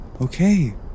Okay